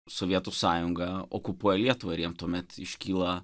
sovietų sąjunga okupuoja lietuvą ir jiem tuomet iškyla